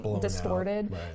distorted